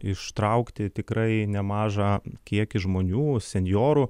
ištraukti tikrai nemažą kiekį žmonių senjorų